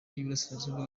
y’uburasirazuba